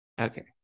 okay